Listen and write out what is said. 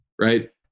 right